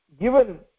given